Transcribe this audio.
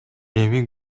эми